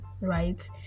right